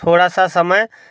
थोड़ा सा समय